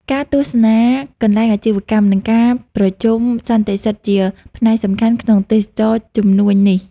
ការទស្សនាកន្លែងអាជីវកម្ម និងការប្រជុំសន្និសីទជាផ្នែកសំខាន់ក្នុងទេសចរណ៍ជំនួញនេះ។